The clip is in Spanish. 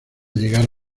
llegar